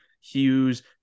hughes